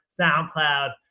SoundCloud